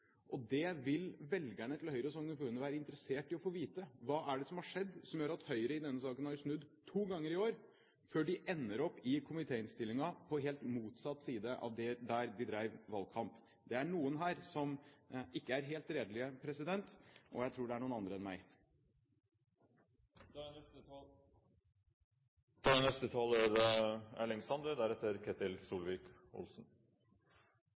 snudd. Det vil Høyre-velgerne i Sogn og Fjordane være interessert i å få vite: Hva er det som har skjedd som gjør at Høyre i denne saken har snudd to ganger i år, før de ender opp i komitéinnstillingen på helt motsatt side av der de drev valgkamp? Det er noen her som ikke er helt redelige, og jeg tror det er noen andre enn